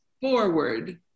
forward